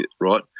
right